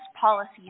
policies